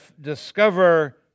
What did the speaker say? discover